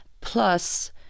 plus